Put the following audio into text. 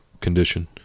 condition